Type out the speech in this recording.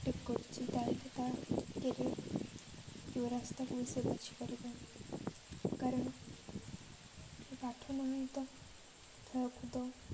active କରିଛି ତା'ହେଲେ ତା କେରିୟର ଯେଉଁ ରାସ୍ତାକୁ ବି ସେ ବାଛିପାରିବ କାରଣ ସେ ପାଠ ନୁହେଁ ତ ଖେଳକୁଦ